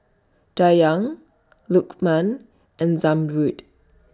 Dayang Lukman and Zamrud